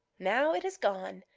now it is gone.